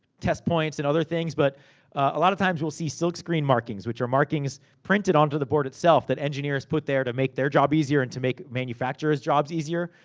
test points, and other things. but a lot of times we'll see silk screen markings. which are markings printed onto the board itself. that engineers put there to make their job easier, and to make manufacturer's jobs easier.